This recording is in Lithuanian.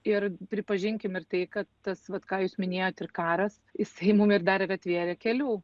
ir pripažinkim ir tai kad tas vat ką jūs minėjot ir karas jisai mum ir dar ir atvėrė kelių